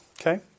Okay